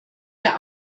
der